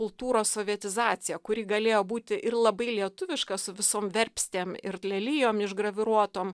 kultūros sovietizaciją kuri galėjo būti ir labai lietuviška su visom verpstėm ir lelijom išgraviruotom